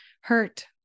hurt